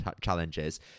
challenges